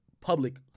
public